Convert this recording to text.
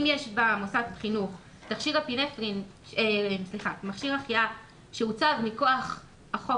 אם יש במוסד החינוך מכשיר החייאה שהוצב מכוח החוק